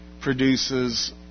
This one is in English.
Produces